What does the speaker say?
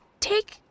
take